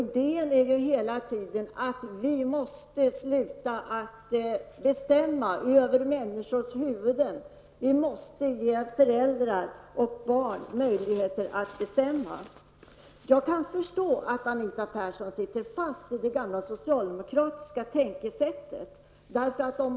Idén är att vi skall sluta att bestämma över människors huvuden. Vi måste ge föräldrarna och barnen möjligheter att själva bestämma. Jag förstår att Anita Persson sitter fast i det gamla socialdemokratiska tänkesättet.